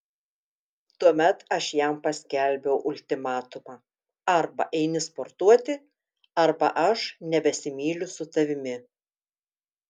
tuomet aš jam paskelbiau ultimatumą arba eini sportuoti arba aš nebesimyliu su tavimi